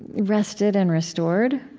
rested and restored.